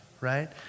right